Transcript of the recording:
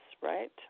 right